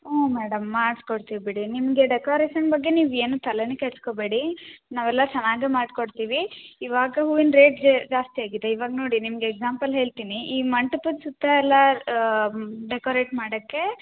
ಹ್ಞೂ ಮೇಡಮ್ ಮಾಡ್ಸಿ ಕೊಡ್ತಿವಿ ಬಿಡಿ ನಿಮಗೆ ಡೆಕೋರೇಷನ್ ಬಗ್ಗೆ ನೀವು ಏನು ತಲೇನೆ ಕೆಡ್ಸ್ಕೊಬೇಡಿ ನಾವೆಲ್ಲ ಚೆನಾಗೆ ಮಾಡ್ಕೊಡ್ತೀವಿ ಇವಾಗ ಹೂವಿನ ರೇಟ್ ಜಾಸ್ತಿ ಆಗಿದೆ ಇವಾಗ ನೋಡಿ ನಿಮ್ಗೆ ಎಕ್ಸಾಂಪಲ್ ಹೇಳ್ತೀನಿ ಈ ಮಂಟಪದ ಸುತ್ತ ಎಲ್ಲ ಡೆಕೋರೇಟ್ ಮಾಡಕ್ಕೆ